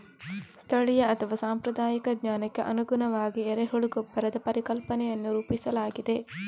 ಸ್ಥಳೀಯ ಅಥವಾ ಸಾಂಪ್ರದಾಯಿಕ ಜ್ಞಾನಕ್ಕೆ ಅನುಗುಣವಾಗಿ ಎರೆಹುಳ ಗೊಬ್ಬರದ ಪರಿಕಲ್ಪನೆಯನ್ನು ರೂಪಿಸಲಾಗಿದೆ